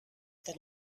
that